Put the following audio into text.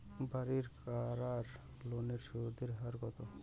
বাড়ির করার লোনের সুদের হার কত?